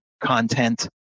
content